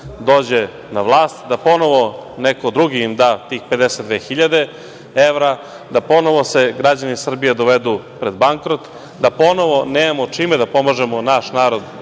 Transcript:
dođe na vlast, da ponovo neko drugi im da te 52 hiljade evra, da ponovo se građani Srbije dovedu pred bankrot, da ponovo nemamo čime da pomažemo naš narod